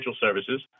Services